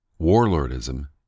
warlordism